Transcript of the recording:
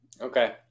Okay